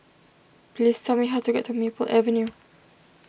please tell me how to get to Maple Avenue